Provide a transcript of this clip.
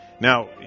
Now